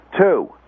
Two